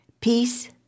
Peace